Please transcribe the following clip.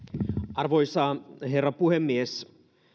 arvoisa herra puhemies